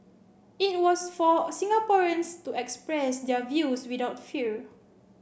it was for Singaporeans to express their views without fear